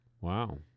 Wow